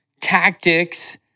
tactics